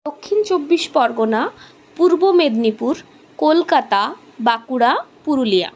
Dakshin Chabbish Pargana Purba Medinipur Kolkata Bankura Purulia